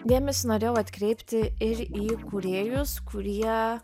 dėmesį norėjau atkreipti ir į kūrėjus kurie